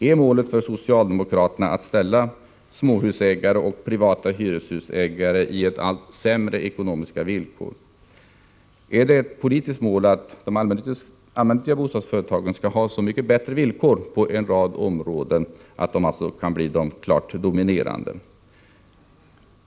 Är målet för socialdemokraterna att ställa småhusägare och privata hyreshusägare inför allt sämre ekonomiska villkor? Är det ett politiskt mål att de allmännyttiga bostadsföretagen skall ha så mycket bättre villkor på en rad områden att de kan bli klart dominerande?